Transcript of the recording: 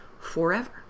forever